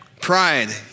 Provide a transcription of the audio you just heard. Pride